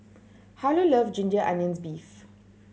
Harlow love ginger onions beef